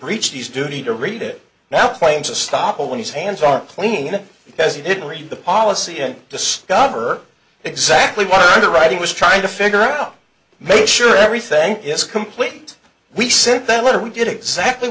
breached these duty to read it now claims to stop it when his hands are clean it says he didn't read the policy and discover exactly what the writing was trying to figure out make sure everything is complete we sent that letter we did exactly